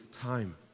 time